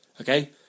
Okay